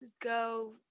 go